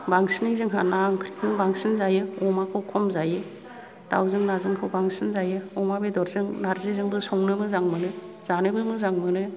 बांसिनै जोंहा ना ओंख्रिखौनो बांसिन जायो अमाखौ खम जायो दावजों नाजोंखौ बांसिन जायो अमा बेदरजों नारजिजोंबो संनो मोजां मोनो जानोबो मोजां मोनो